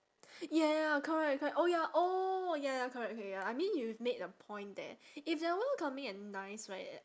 ya ya correct correct oh ya oh ya ya correct correct ya I mean you've made a point there if they're welcoming and nice right